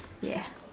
ya